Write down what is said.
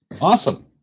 Awesome